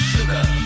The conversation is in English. Sugar